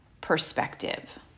perspective